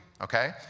okay